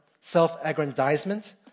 self-aggrandizement